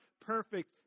perfect